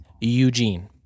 Eugene